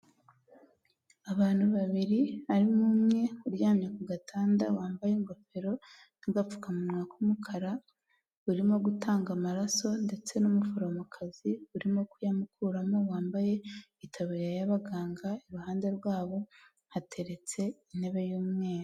Abantu babiri harimo umwe uryamye ku gatanda wambaye ingofero n'agapfukamunwa k'umukara, barimo gutanga amaraso ndetse n'umuforomokazi urimo kuyamukuramo wambaye itaburiya y'ababaganga iruhande rwabo hateretse intebe y'umweru.